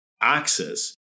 access